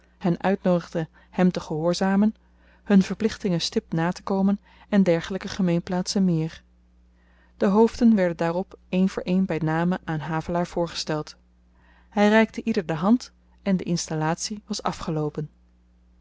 hen uitnoodigde hem te gehoorzamen hun verplichtingen stipt natekomen en dergelyke gemeenplaatsen meer de hoofden werden daarop één voor één by name aan havelaar voorgesteld hy reikte ieder de hand en de installatie was afgeloopen